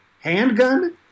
handgun